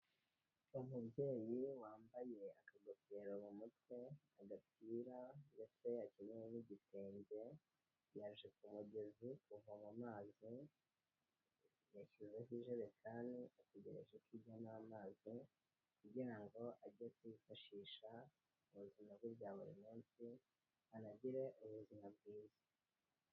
Umubyeyi wambaye akagofero mu mutwe, agapira ndetse yakenyeye n'igitenge, yaje ku mugezi kuvoma amazi, yashyizeho ijerekani ategereje ko ijyamo amazi kugira ngo ajye kuyifashisha mu buzima bwe bwa buri munsi, anagire ubuzima bwiza.